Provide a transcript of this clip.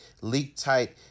leak-tight